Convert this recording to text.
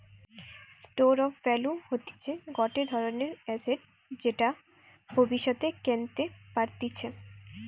store of value হতিছে গটে ধরণের এসেট যেটা ভব্যিষতে কেনতে পারতিছে